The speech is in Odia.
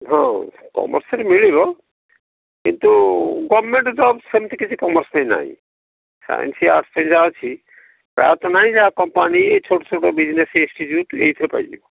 ହଁ କମର୍ସରେ ମିଳିବ କିନ୍ତୁ ଗଭର୍ନମେଣ୍ଟ ତ ସେମିତି କିଛି କମର୍ସରେ ନାହିଁ ସାଇନ୍ସ ଆର୍ଟସ୍ ଯାହା ଅଛି ତା' ନାହିଁ ଯାହା କମ୍ପାନୀ ଛୋଟ ଛୋଟ ବିଜିନେସ୍ ଇନଷ୍ଟିଚ୍ୟୁଟ୍ ଏଇଥିରେ ପାଇଯିବୁ